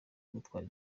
gutwara